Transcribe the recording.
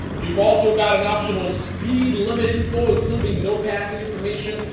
you've also got an optional speed limit info including no passing information.